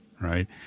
right